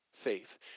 Faith